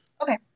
Okay